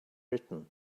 written